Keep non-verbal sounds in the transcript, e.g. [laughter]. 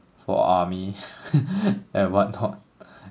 for army [laughs] and whatnot